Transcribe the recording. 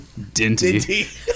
Dinty